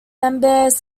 members